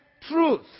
truth